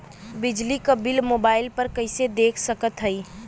बिजली क bill mobile पर कईसे देख सकत हई?